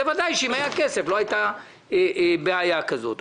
בוודאי אם היה כסף לא הייתה בעיה כזאת.